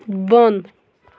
بۄن